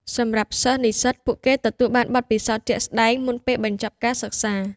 សម្រាប់សិស្ស-និស្សិត ពួកគេទទួលបានបទពិសោធន៍ជាក់ស្តែងមុនពេលបញ្ចប់ការសិក្សា។